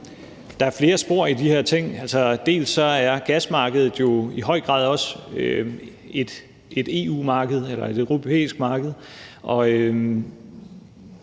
der er flere spor i de her ting. Dels er gasmarkedet jo i høj grad også et EU-marked, eller et europæisk marked,